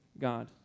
God